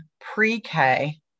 pre-K